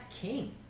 king